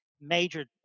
major